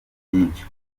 byinshi